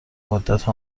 مدت